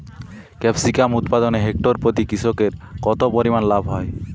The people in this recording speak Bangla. ক্যাপসিকাম উৎপাদনে হেক্টর প্রতি কৃষকের কত পরিমান লাভ হয়?